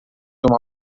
uma